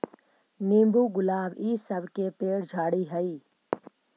नींबू, गुलाब इ सब के पेड़ झाड़ि हई